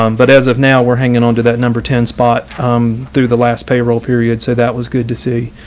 um but as of now, we're hanging on to that number ten spot through the last payroll period. so that was good to see